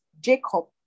Jacob